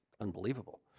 unbelievable